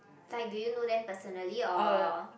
like do you know them personally or